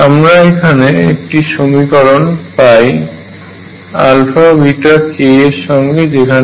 আমরা এখানে একটি সমীকরণ পাই k এর সঙ্গে যেখানে